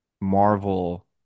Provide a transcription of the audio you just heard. Marvel